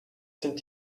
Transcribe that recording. sind